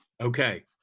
Okay